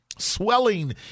swelling